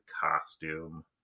costume